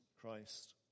Christ